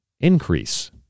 increase